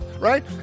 right